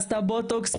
עשתה בוטוקוס,